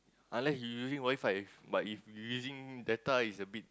unless you using WiFi if but if you using data it's a bit